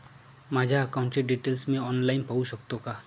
माझ्या अकाउंटचे डिटेल्स मी ऑनलाईन पाहू शकतो का?